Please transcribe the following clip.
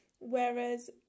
whereas